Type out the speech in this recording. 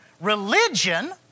religion